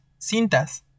cintas